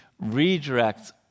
redirect